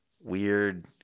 weird